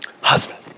husband